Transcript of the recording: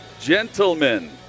Gentlemen